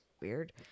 weird